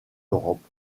europe